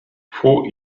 vor